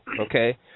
okay